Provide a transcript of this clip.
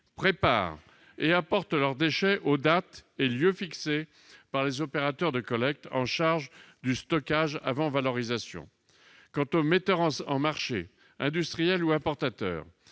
préparent et apportent leurs déchets aux dates et lieux fixés par les opérateurs de collecte en charge du stockage avant valorisation. Quant aux metteurs en marché, industriels ou importateurs,